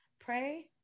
pray